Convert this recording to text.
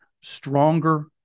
stronger